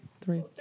three